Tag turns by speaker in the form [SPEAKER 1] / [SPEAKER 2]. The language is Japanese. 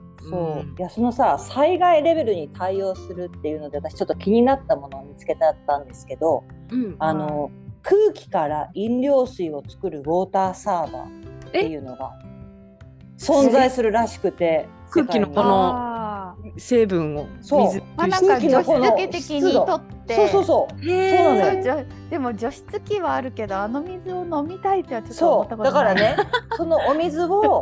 [SPEAKER 1] そう。
[SPEAKER 2] うん。
[SPEAKER 1] いや、そのさ、災害レベルに対応するっていうので、私ちょっと気になったものを見つけてあったんですけど、
[SPEAKER 2] うん。
[SPEAKER 1] あの、
[SPEAKER 2] うん。
[SPEAKER 1] 空気から飲料水を作るウォーターサーバーっていうのが存在するらしくて、
[SPEAKER 2] え？
[SPEAKER 1] 世界に。
[SPEAKER 2] 空気のこの、
[SPEAKER 3] あー。
[SPEAKER 2] い- 成分を、水-
[SPEAKER 1] そう。
[SPEAKER 3] まあ、なんか、
[SPEAKER 2] 空気のこの
[SPEAKER 3] 除湿器的に
[SPEAKER 2] 湿度。
[SPEAKER 3] 取って。
[SPEAKER 1] そうそうそう。
[SPEAKER 3] へー。
[SPEAKER 1] そうなのよ。
[SPEAKER 3] そう、でも除湿器はあるけど、あの水を飲みたいってはちょっと思ったことない。
[SPEAKER 1] そう。だからね、そのお水を